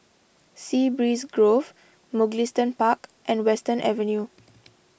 Sea Breeze Grove Mugliston Park and Western Avenue